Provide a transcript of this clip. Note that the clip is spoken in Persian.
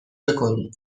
بکنی